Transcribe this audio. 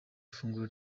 ifunguro